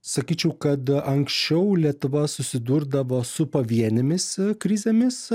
sakyčiau kad anksčiau lietuva susidurdavo su pavienėmis krizėmis